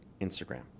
Instagram